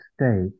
state